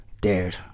dude